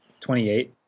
28